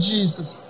Jesus